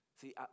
See